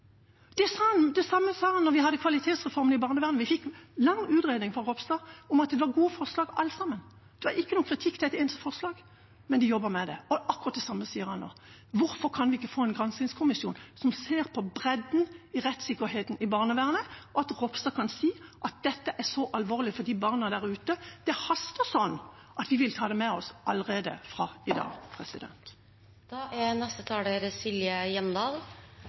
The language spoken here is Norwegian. Det samme sa han da vi hadde kvalitetsreformen i barnevernet. Vi fikk en lang utredning fra statsråd Ropstad om at det var gode forslag alt sammen, det var ikke noen kritikk mot et eneste forslag, men de jobber med det. Akkurat det samme sier han nå. Hvorfor kan vi ikke få en granskingskommisjon som ser på bredden i rettssikkerheten i barnevernet, og hvorfor kan ikke statsråd Ropstad si at dette er så alvorlig for de barna der ute og haster sånn at vi vil ta det med oss allerede fra i dag